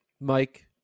Mike